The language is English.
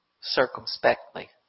circumspectly